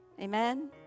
Amen